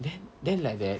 then then like that